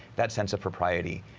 that sense of propriety